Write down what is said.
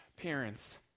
parents